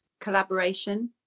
collaboration